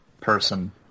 person